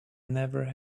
never